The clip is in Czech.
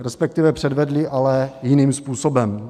Respektive předvedli, ale jiným způsobem.